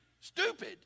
stupid